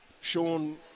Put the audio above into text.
Sean